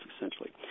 essentially